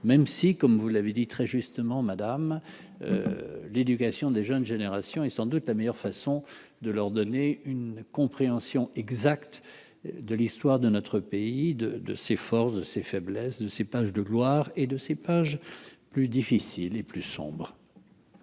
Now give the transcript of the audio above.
même si, comme vous l'avez dit très justement Madame l'éducation des jeunes générations et sans doute la meilleure façon de leur donner une compréhension exacte de l'histoire de notre pays de de s'efforce de ses faiblesses, de ses pages de gloire et de ses pages plus difficile et plus sombres.